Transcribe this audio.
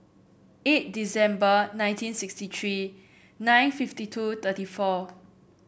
eight December nineteen sixty tree nine fifty two thirty four